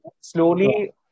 slowly